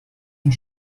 une